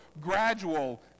gradual